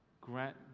grant